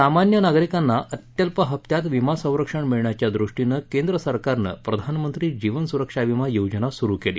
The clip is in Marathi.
सामान्य नागरिकाप्ती अत्यल्प हप्त्यात विमा सप्तीण मिळण्याच्या दृष्टीन केंद्र सरकारन प्रधानमक्ती जीवन सुरक्षा विमा योजना सुरु केली